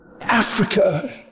Africa